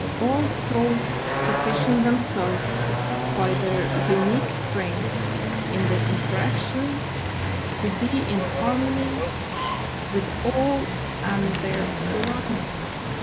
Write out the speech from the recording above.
all souls position themselves by their unique strength in the interaction to be in harmony with all and their surroundings.